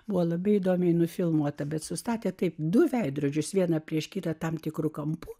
buvo labai įdomiai nufilmuota bet sustatė taip du veidrodžius vieną prieš kitą tam tikru kampu